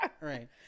Right